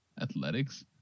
Athletics